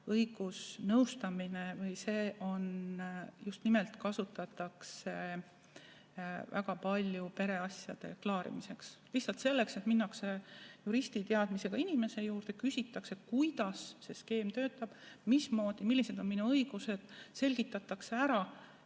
õigusnõustamine just nimelt selleks, et seda kasutataks pereasjade klaarimiseks. Lihtsalt selleks, et minnakse juristiteadmisega inimese juurde, küsitakse, kuidas see skeem töötab, millised on minu õigused. See selgitatakse ära